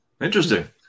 interesting